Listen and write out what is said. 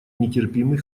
нетерпимый